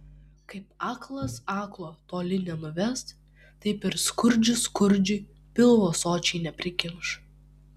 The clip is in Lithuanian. kaip aklas aklo toli nenuves taip ir skurdžius skurdžiui pilvo sočiai neprikimš